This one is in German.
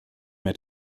mehr